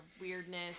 weirdness